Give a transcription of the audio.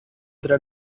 tra